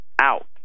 out